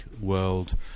world